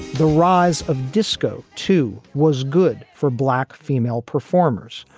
the rise of disco two was good for black female performers,